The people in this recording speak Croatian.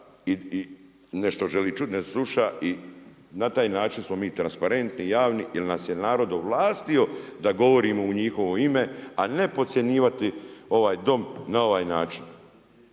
se ne razumije./… i na taj način smo mi transparentni, javni, jer nas je narod ovlastio da govorimo u njihovo ime, a ne podcjenjivati ovaj Dom, na ovaj način.